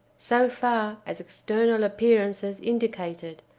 so far as external appearances indicated,